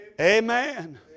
Amen